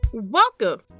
welcome